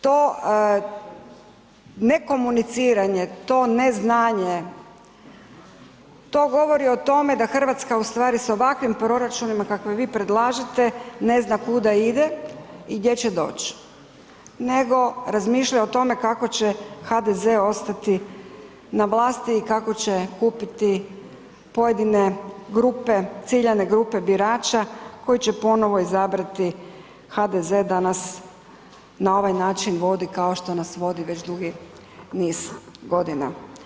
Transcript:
To ne komuniciranje, to neznanje, to govori o tome da Hrvatska ustvari sa ovakvim proračunima kakve vi predlažete, ne zna kuda ide i gdje će doć nego razmišlja o tome kako će HDZ ostati na vlasti i kako će kupiti pojedine grupe, ciljane grupe birača koji će ponovno izabrati HDZ da nas na ovaj način vodi kao što nas vodi već dugi niz godina.